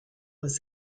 was